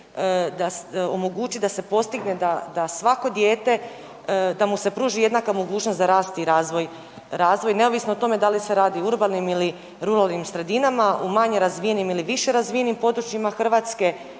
omogućit da se postigne da, da svako dijete, da mu se pruži jednaka mogućnost za rast i razvoj, razvoj, neovisno o tome da li se radi o urbanim ili ruralnim sredinama, u manje razvijenim ili više razvijenim područjima Hrvatske